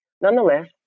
nonetheless